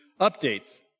updates